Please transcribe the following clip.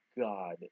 God